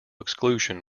exclusion